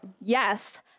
Yes